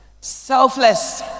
Selfless